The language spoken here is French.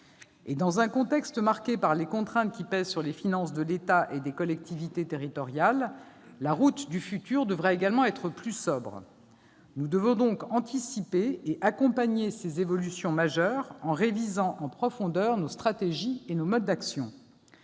Dans un contexte marqué par les contraintes qui pèsent sur les finances de l'État et des collectivités territoriales, la route du futur devra également être plus sobre. Nous devons anticiper et accompagner ces évolutions majeures en révisant en profondeur nos stratégies et nos modes d'action.